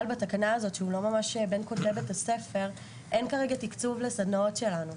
בתקנה הזאת כי הוא לא ממש בין כותלי בית הספר אין כרגע תקצוב לסדנאות שלנו.